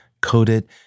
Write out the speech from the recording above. coated